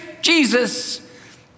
Jesus